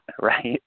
right